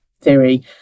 theory